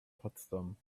potsdam